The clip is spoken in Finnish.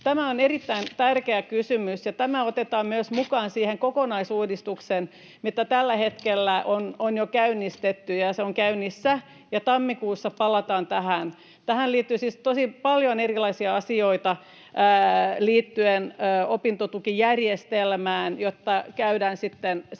Tämä on erittäin tärkeä kysymys, ja tämä otetaan mukaan myös siihen kokonaisuudistukseen, mikä tällä hetkellä on jo käynnistetty. Se on käynnissä, ja tammikuussa palataan tähän. Tähän liittyy siis tosi paljon erilaisia asioita liittyen opintotukijärjestelmään, ja niitä käydään sitten tarkemmin